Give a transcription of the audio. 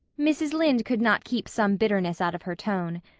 mrs. lynde could not keep some bitterness out of her tone.